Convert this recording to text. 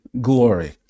glory